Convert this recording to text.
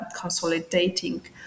consolidating